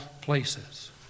places